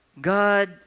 God